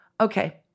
Okay